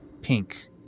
pink